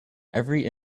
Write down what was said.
every